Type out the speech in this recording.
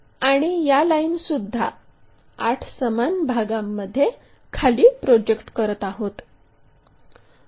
आणि या लाइनसुद्धा 8 समान भागांमध्ये खाली प्रोजेक्ट करत आहोत